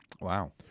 Wow